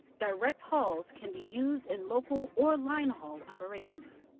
direct hauls can be used in local or line haul operations.